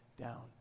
down